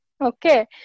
okay